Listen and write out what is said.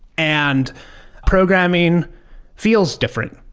and programming feels different.